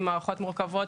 שכוללים מערכות מורכות,